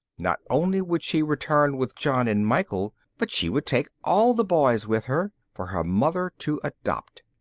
not only would she return with john and michael, but she would take all the boys with her, for her mother to adopt.